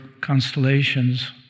constellations